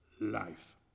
Life